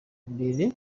mbere